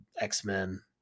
x-men